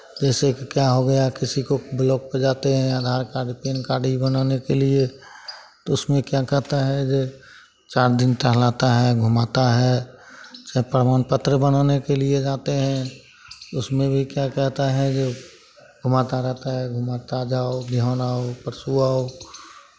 जैसे कि क्या हो गया किसी को ब्लॉक पे जाते हैं आधार कार्ड पैन कार्ड ही बनाने के लिए तो उसमें क्या कहता है जे चार दिन टहलाता है घुमाता है चाहे प्रमाण पत्र बनाने के लिए जाते हैं उसमें जे क्या कहता है कि घुमाता रहता है घुमाता जाओ बिहान आओ परसो आओ